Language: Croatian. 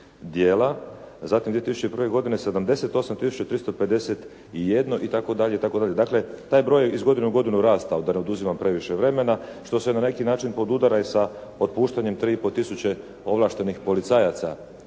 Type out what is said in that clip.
dijela. Zatim, 2001. godine 78351 itd. itd. Dakle, taj broj je iz godine u godinu rastao da ne oduzimam previše vremena, što se na neki način podudara i sa otpuštanjem 3 i pol tisuće ovlaštenih policajaca